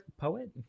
Poet